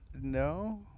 No